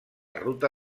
ruta